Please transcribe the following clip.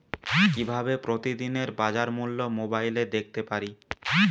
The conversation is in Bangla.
কিভাবে প্রতিদিনের বাজার মূল্য মোবাইলে দেখতে পারি?